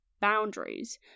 boundaries